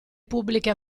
pubbliche